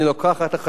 את כל החובות,